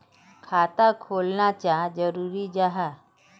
खाता खोलना चाँ जरुरी जाहा?